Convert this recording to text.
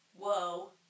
Whoa